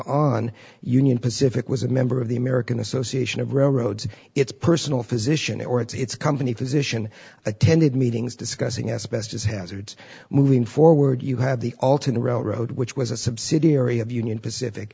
on union pacific was a member of the american association of railroads its personal physician or its company physician attended meetings discussing asbestos hazards moving forward you have the alternate railroad which was a subsidiary of union pacific